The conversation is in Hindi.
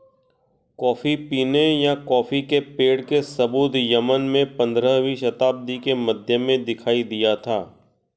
कॉफी पीने या कॉफी के पेड़ के सबूत यमन में पंद्रहवी शताब्दी के मध्य में दिखाई दिया था